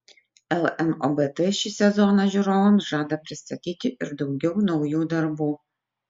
lnobt šį sezoną žiūrovams žada pristatyti ir daugiau naujų darbų